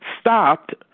stopped